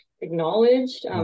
acknowledged